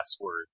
password